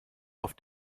auf